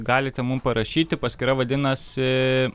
galite mum parašyti paskyra vadinasi